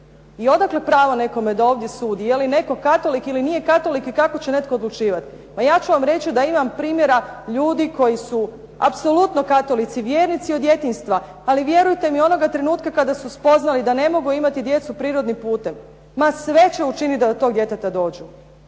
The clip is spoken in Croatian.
I odakle pravo nekome da ovdje sudi je li netko katolik ili nije katolik i kako će netko odlučivati? Pa ja ću vam reći da imam primjera ljudi koji su apsolutno katolici, vjernici od djetinjstva, ali vjerujte mi onoga trenutka kada su spoznali da ne mogu imati djecu prirodnim putem ma sve će učiniti da do tog djeteta dođu.